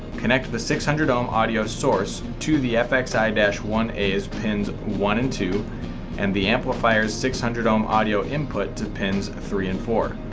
connect the six hundred ohm audio source to the fxi and one a's pins one and two and the amplifiers six hundred ohm audio input to pins three and four.